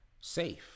safe